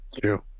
true